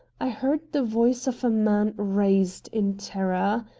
i heard the voice of a man raised in terror.